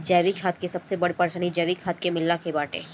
जैविक खेती के सबसे बड़ परेशानी जैविक खाद के मिलला के बाटे